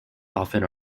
often